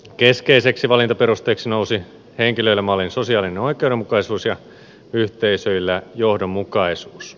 keskeiseksi valintaperusteeksi nousi henkilöillä mallin sosiaalinen oikeudenmukaisuus ja yhteisöillä johdonmukaisuus